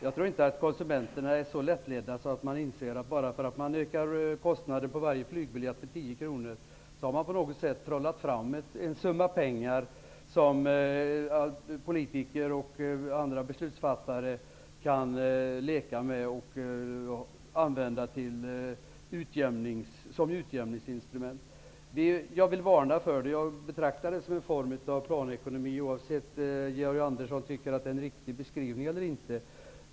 Jag tror inte att konsumenterna är så lättledda att de tror att man bara därför att man ökar kostnaderna för varje flygbiljett med 10 kr har trollat fram en summa pengar, som politiker och andra beslutsfattare kan leka med och använda som utjämningsinstrument. Jag vill varna för detta. Jag betraktar det som en form av planekonomi, oavsett om Georg Andersson tycker att det är en riktig beskrivning eller inte.